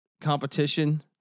competition